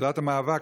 בתחילת המאבק,